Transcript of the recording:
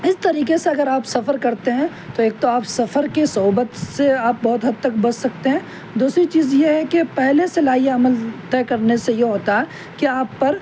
اس طریقے سے اگر آپ سفر کرتے ہیں تو ایک تو آپ سفر کے صعوبت سے آپ بہت حد تک بچ سکتے ہیں دوسری چیز یہ ہے کہ پہلے سے لائحہ عمل طے کرنے سے یہ ہوتا ہے کہ آپ پر